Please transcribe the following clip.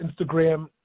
Instagram